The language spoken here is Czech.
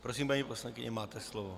Prosím, paní poslankyně, máte slovo.